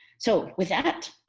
so with that,